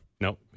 Nope